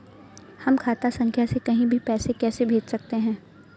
हम खाता संख्या से कहीं भी पैसे कैसे भेज सकते हैं?